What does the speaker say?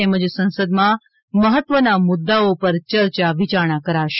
તેમજ સંસદમાં મહત્વના મુદ્દાઓ ઉપર ચર્ચા વિચારણા કરાશે